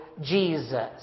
Jesus